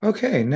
Okay